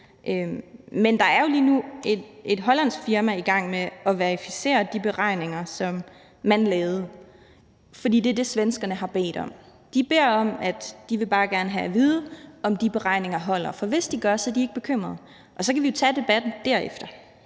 Men der er jo lige nu et hollandsk firma i gang med at verificere de beregninger, som man lavede, for det er det, svenskerne har bedt om. De har sagt, at de bare gerne vil have at vide, om de beregninger holder, og hvis de gør, er de ikke bekymrede, og så kan vi jo tage debatten derefter.